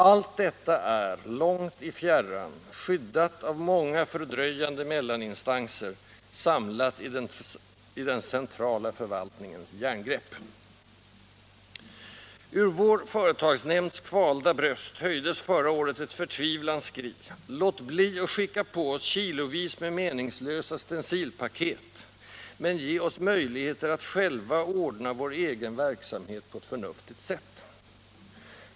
Allt detta är — långt i fjärran — skyddat av många fördröjande mellaninstanser, samlat i den centrala förvaltningens järngrepp. Ur vår företagsnämnds kvalda bröst höjdes förra året ett förtvivlans skri: Låt bli att skicka på oss kilovis med meningslösa stencilpaket, men ge oss möjligheter att själva ordna vår egen verksamhet på ett förnuftigt sätt!